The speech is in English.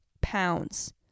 pounds